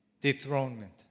dethronement